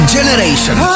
Generation